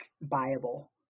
viable